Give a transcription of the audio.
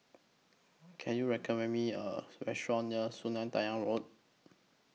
Can YOU recommend Me A Restaurant near Sungei Tengah Road